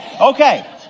Okay